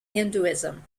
hinduism